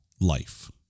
life